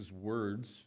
words